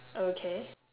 okay